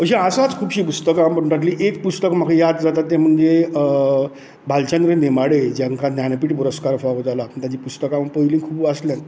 अशीं आसात खुबशीं पुस्तकां पूण तातूंतलें एक पुस्तक म्हाका याद जाता ते म्हणजे भालचंद्र नेमाडे जांकां ज्ञानपीठ पुरस्कार फावो जाला तांची पुस्तकां हांवें पयलीं खूब वाचल्यात